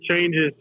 changes